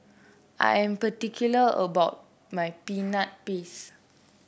'm particular about my Peanut Paste